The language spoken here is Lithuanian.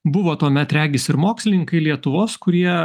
buvo tuomet regis ir mokslininkai lietuvos kurie